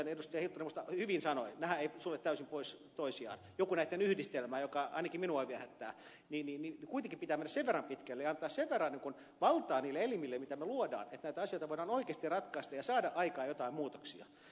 hiltunen minusta hyvin sanoi nehän eivät sulje täysin pois toisiaan joku näitten yhdistelmä joka ainakin minua viehättää niin kuitenkin pitää mennä sen verran pitkälle ja antaa sen verran valtaa niille elimille mitä me luodaan että näitä asioita voidaan oikeasti ratkaista ja voidaan saada aikaan jotain muutoksia